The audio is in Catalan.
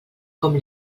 com